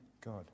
God